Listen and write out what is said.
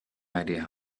idea